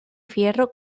fierro